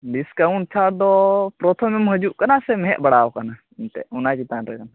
discount ᱪᱷᱟᱲ ᱫᱚ ᱯᱨᱚᱛᱷᱚᱢᱮᱢ ᱦᱤᱡᱩᱜ ᱠᱟᱱᱟ ᱥᱮ ᱦᱮᱡ ᱵᱟᱲᱟᱣ ᱟᱠᱟᱱᱟ ᱮᱱᱛᱮᱫ ᱚᱱᱟ ᱪᱮᱛᱟᱱ ᱨᱮᱜᱮ